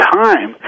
time